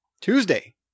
tuesday